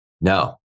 No